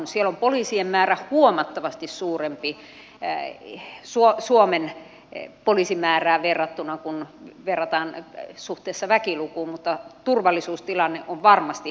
siellä on poliisien määrä huomattavasti suurempi suomen poliisimäärään verrattuna kun verrataan suhteessa väkilukuun mutta turvallisuustilanne on varmasti heikompi